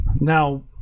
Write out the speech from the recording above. Now